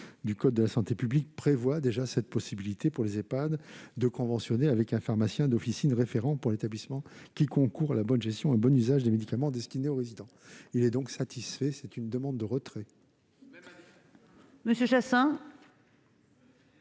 du code de la santé publique prévoit déjà la possibilité pour les Ehpad de conventionner avec un pharmacien d'officine référent pour l'établissement qui concourt à la bonne gestion et au bon usage des médicaments destinés aux résidents. L'amendement étant satisfait, j'en demande le retrait. Quel est l'avis